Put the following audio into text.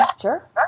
Sure